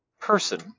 person